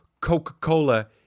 Coca-Cola